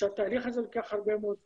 שהתהליך הזה לוקח הרבה מאוד זמן,